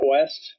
Quest